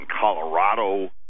Colorado